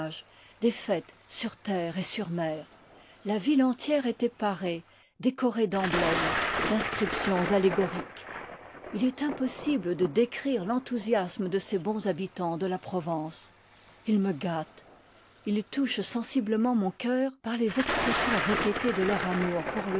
des fêtes sur terre et sur mer la ville entière étoit parée décorée d'emblèmes d'inscriptions allégoriques est impossible de décrire l'enthousiasme de ces bons habiii part tans de la provence ils me gâtent ils liy i touchent sensiblement mon cœur par les expressions répétées de leur amour pour